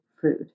food